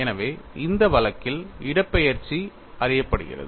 எனவே இந்த வழக்கில் இடப்பெயர்ச்சி அறியப்படுகிறது